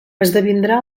esdevindrà